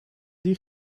die